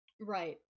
Right